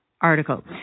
article